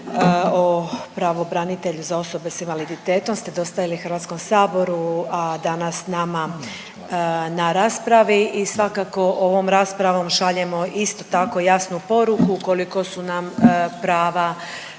o pravobranitelju za osobe s invaliditetom ste dostavili HS-u, a danas nama na raspravi. I svakako ovom raspravom šaljemo isto tako jasnu poruku koliko su nam prava